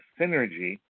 synergy